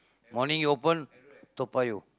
morning you open Toa-Payoh